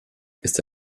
ist